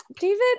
David